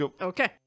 okay